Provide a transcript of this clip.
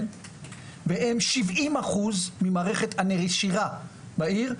והם שבעים אחוז ממערכת הנשירה בעיר.